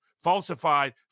falsified